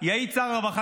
יעיד שר הרווחה,